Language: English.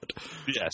Yes